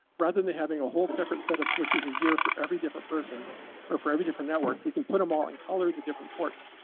rather than than having a whole separate set of switches and gear for every different person or for every different network, we can put them all and color the different ports.